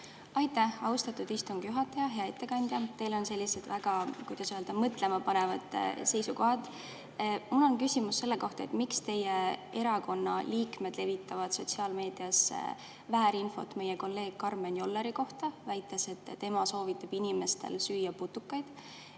Aitäh, austatud istungi juhataja! Hea ettekandja! Teil on sellised, kuidas öelda, väga mõtlema panevad seisukohad. Mul on küsimus selle kohta, miks teie erakonna liikmed levitavad sotsiaalmeedias väärinfot meie kolleegi Karmen Jolleri kohta, väites, et tema soovitab inimestel süüa putukaid.